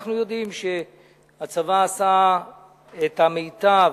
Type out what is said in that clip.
ואנחנו יודעים שהצבא עשה את המיטב,